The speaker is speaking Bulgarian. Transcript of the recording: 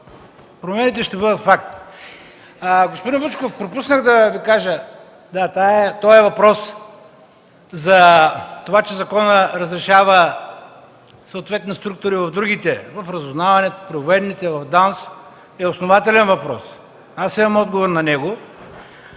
Промените ще бъдат факт. Господин Вучков, пропуснах да Ви кажа: въпросът, че законът разрешава съответни структури в другите звена – в разузнаването, при военните, в ДАНС – е основателен въпрос. Аз имам отговор на него.